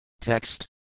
Text